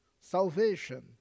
salvation